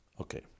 Okay